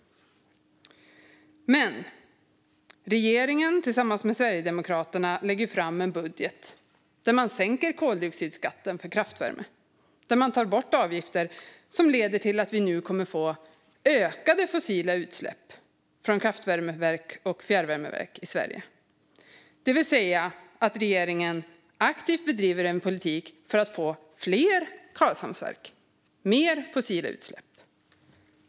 Men regeringen tillsammans med Sverigedemokraterna lägger ju fram en budget där man sänker koldioxidskatten för kraftvärme och tar bort avgifter. Det kommer att leda till att vi får ökade fossila utsläpp från kraftvärmeverk och fjärrvärmeverk i Sverige. Det vill säga att regeringen aktivt bedriver en politik för att få fler Karlshamnsverk och mer fossila utsläpp.